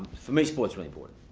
for me, sport's really important.